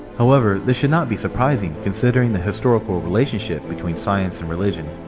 however, this should not be surprising considering the historical relationship between science and religion.